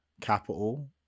Capital